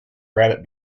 rabbit